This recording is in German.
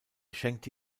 schenkte